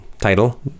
Title